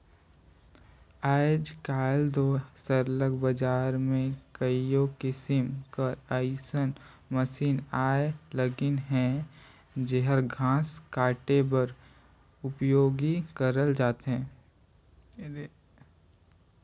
आएज काएल दो सरलग बजार में कइयो किसिम कर अइसन मसीन आए लगिन अहें जेहर घांस काटे बर उपियोग करल जाथे